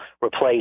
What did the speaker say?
replace